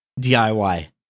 DIY